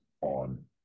on